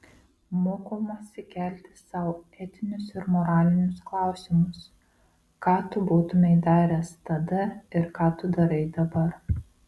mokomasi kelti sau etinius ir moralinius klausimus ką tu būtumei daręs tada ir ką tu darai dabar